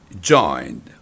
joined